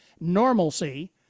normalcy